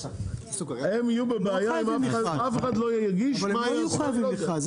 הם לא יהיו חייבים מכרז.